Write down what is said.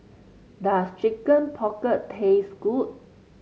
does Chicken Pocket taste good